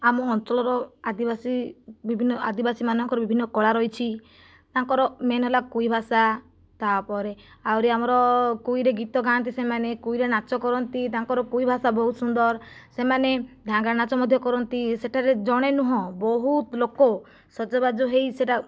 ଆମ ଅଞ୍ଚଳର ଆଦିବାସୀ ବିଭିନ୍ନ ଆଦିବାସୀମାନଙ୍କର ବିଭିନ୍ନ କଳା ରହିଛି ତାଙ୍କର ମେନ୍ ହେଲା କୁଇ ଭାଷା ତା'ପରେ ଆହୁରି ଆମର କୁଇରେ ଗୀତ ଗାଆନ୍ତି ସେମାନେ କୁଇରେ ନାଚ କରନ୍ତି ତାଙ୍କର କୁଇ ଭାଷା ବହୁତ ସୁନ୍ଦର ସେମାନେ ଧାଙ୍ଗଡ଼ା ନାଚ ମଧ୍ୟ କରନ୍ତି ସେଠାରେ ଜଣେ ନୁହେଁ ବହୁତ ଲୋକ ସଜବାଜ ହୋଇ ସେଟା